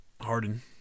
Harden